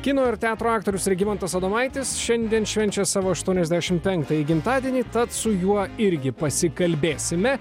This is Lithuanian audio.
kino ir teatro aktorius regimantas adomaitis šiandien švenčia savo aštuoniasdešim penktąjį gimtadienį tad su juo irgi pasikalbėsime